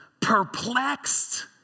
perplexed